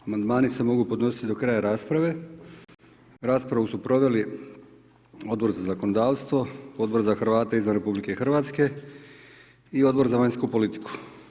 Amandman se mogu podnositi do kraja rasprave, raspravu su proveli Odbor za zakonodavstvo, Odbor za Hrvate izvan RH i Odbor za vanjsku politiku.